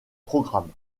programmes